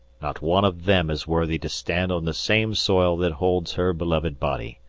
not one of them is worthy to stand on the same soil that holds her beloved body.